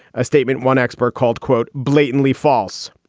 a statement one expert called, quote, blatantly false.